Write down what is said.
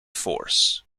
force